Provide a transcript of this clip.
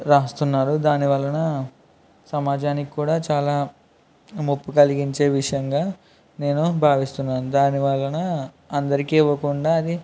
రాస్తున్నారు దాని వలన సమాజానికి కూడా చాలా ముప్పు కలిగించే విషయంగా నేను భావిస్తున్నాను దానివలనా అందరికీ ఇవ్వకుండా అది